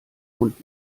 hund